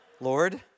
Lord